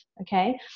okay